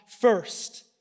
first